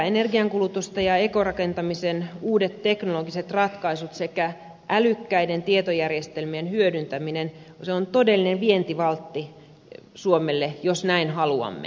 ekorakentamisen uudet teknologiset ratkaisut sekä älykkäiden tietojärjestelmien hyödyntäminen ovat todellisia vientivaltteja suomelle jos näin haluamme